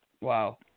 Wow